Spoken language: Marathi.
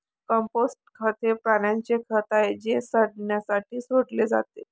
कंपोस्ट खत हे प्राण्यांचे खत आहे जे सडण्यासाठी सोडले जाते